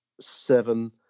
seven